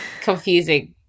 confusing